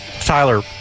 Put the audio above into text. Tyler